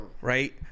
Right